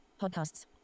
podcasts